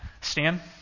Stan